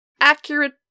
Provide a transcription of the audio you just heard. Accurate